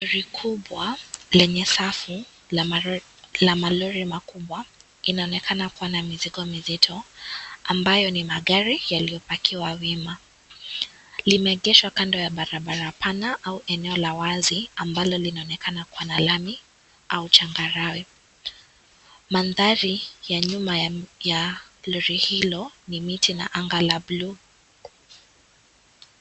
Lori kubwa , lenye safu la malori makubwa , inaonekana kuwa na mzigo mizito ambayo ni magari yaliyopakiwa wima. Limeegeshwa kando ya barabara pana au eneo la wazi ambalo linaonekana kuwa na lami au changarawe. Mandhari ya nyuma ya Lori hilo ni miti na anga la bluu